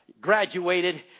graduated